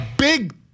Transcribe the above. Big